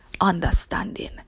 understanding